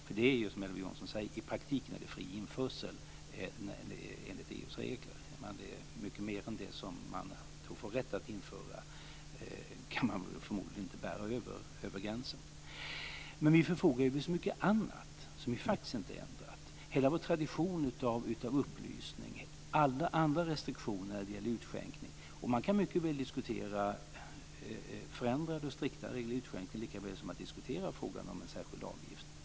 I praktiken är det ju, som Elver Jonsson säger, fri införsel enligt EU:s regler. Mycket mer än det som man får rätt att införa kan man förmodligen inte bära över gränsen. Men vi förfogar ju över så mycket annat, som faktiskt inte är ändrat - hela vår tradition av upplysning och alla andra restriktioner när det gäller utskänkning. Man kan mycket väl diskutera förändrade och striktare regler när det gäller utskänkning, lika väl som att diskutera frågan om en särskild avgift.